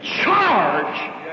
charge